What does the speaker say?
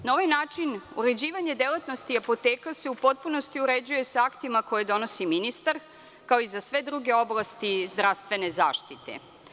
Na ovaj način uređivanje delatnosti apoteka se u potpunosti uređuje sa aktima koje donosi ministar, kao i za sve druge oblasti zdravstvene zaštite.